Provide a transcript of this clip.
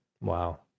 Wow